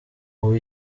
ubu